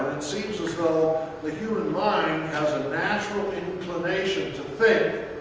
it seems as though the human mind has a natural inclination to think